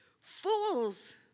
fools